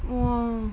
!wah!